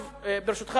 ברשותך,